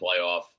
playoff